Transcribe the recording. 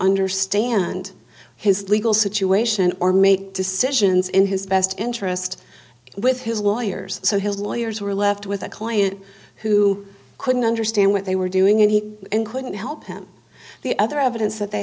understand his legal situation or make decisions in his best interest with his lawyers so his lawyers were left with a client who couldn't understand what they were doing and he couldn't help him the other evidence that they